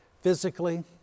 Physically